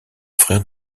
frère